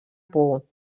por